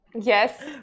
Yes